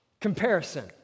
Comparison